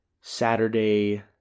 Saturday